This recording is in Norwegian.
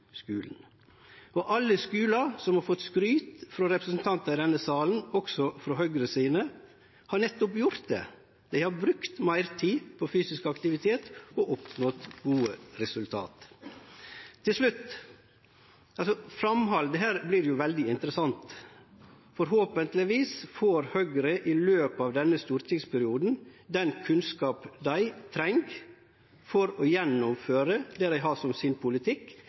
skulen. Alle skular som har fått skryt frå representantar i denne salen, også frå Høgre sine, har gjort nettopp det. Dei har brukt meir tid på fysisk aktivitet og oppnådd gode resultat. Til slutt: Framhaldet her blir veldig interessant. Forhåpentlegvis får Høgre i løpet av denne stortingsperioden den kunnskap dei treng for å gjennomføre det dei har som sin politikk,